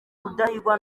rudahigwa